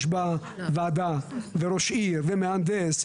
יש בה ועדה וראש עיר ומהנדס,